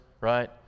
Right